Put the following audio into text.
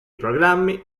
programmi